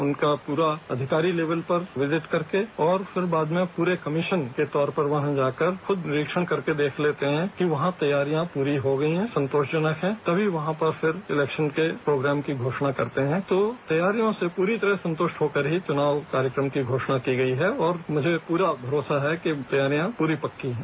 उनका पूरा अधिकारी लेवल पर विज़िट करके और फिर बाद में पूरे कमीशन के तौर पर वहां जाकर खुद निरिक्षण करके देख लेते हैं कि वहां तैयारियां पूरी हो गई हैं संतोषजनक हैं तभी वहां पर फिर इलेक्शन के प्रोग्राम की घोषणा करते हैं तो तैयारियों से पूरी तरह से संतुष्ट होकर ही चुनाव कार्यक्रम की घोषणा की गई है और मुझे पूरा भरोसा है कि तैयारियां पूरी पक्की हैं